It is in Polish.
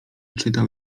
czytał